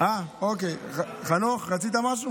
אדוני יושב-ראש הקואליציה,